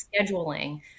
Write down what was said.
scheduling